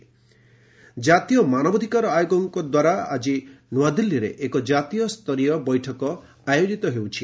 NHRC ଜାତୀୟ ମାନବାଧିକାର ଆୟୋଗଙ୍କ ଦ୍ୱାରା ଆଜି ନୂଆଦିଲ୍ଲୀରେ ଏକ ଜାତୀୟ ସ୍ତରୀୟ ବୈଠକ ଆୟୋଜିତ ହେଉଛି